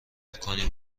کنیم